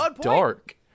dark